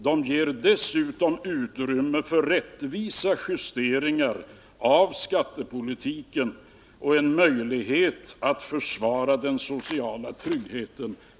De ger dessutom utrymme för rättvisa justeringar av skattepolitiken och en möjlighet att försvara den sociala tryggheten.